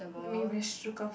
make me very shooketh